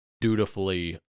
dutifully